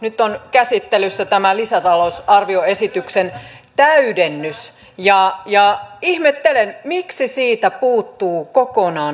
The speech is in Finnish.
nyt on käsittelyssä tämä lisätalousarvioesityksen täydennys ja ihmettelen miksi siitä puuttuvat kokonaan palkkatukirahat